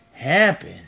Happen